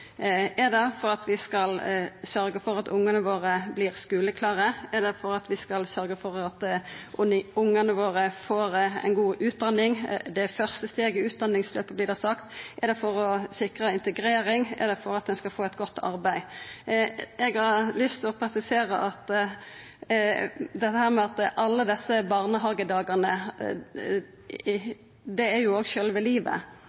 Er det for at vi skal sørgja for at ungane vore vert skuleklare? Er det for at vi skal sørgja for at ungane våre får ei god utdanning? Det er første steget i utdanningsløpet, vert det sagt. Er det for å sikra integrering? Er det for at ein skal få eit godt arbeid? Eg har lyst til å presisera at alle desse barnehagedagane er jo sjølve livet.